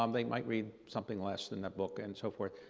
um they might read something less than a book and so forth.